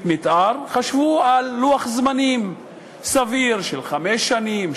מתאר חשבו על לוח זמנים סביר של חמש שנים,